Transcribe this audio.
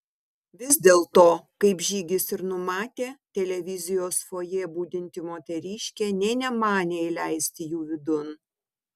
vis dėlto kaip žygis ir numatė televizijos fojė budinti moteriškė nė nemanė įleisti jų vidun